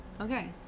Okay